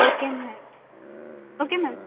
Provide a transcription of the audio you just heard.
okay madam okay ma'am